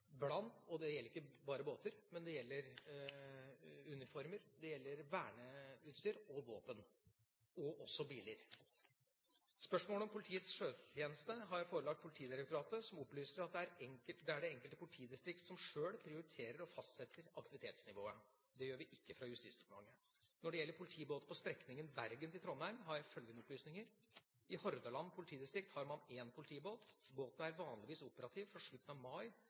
og det gjelder ikke bare båter, men det gjelder uniformer, verneutstyr og våpen og også biler. Spørsmålet om politiets sjøtjeneste har jeg forelagt Politidirektoratet, som opplyser at det er det enkelte politidistrikt som sjøl prioriterer og fastsetter aktivitetsnivået – det gjør vi ikke fra Justisdepartementet. Når det gjelder politibåter på strekningen Bergen–Trondheim, har jeg følgende opplysninger: I Hordaland politidistrikt har man én politibåt. Båten er vanligvis operativ fra slutten av mai